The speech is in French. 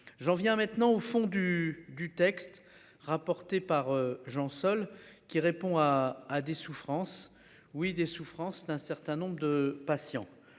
J'en viens maintenant au fond du, du texte rapporté par Jean seul qui répond à des souffrances. Oui des souffrances d'un certain nombre de patients.